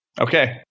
Okay